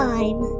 Time